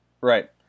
Right